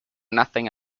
nothing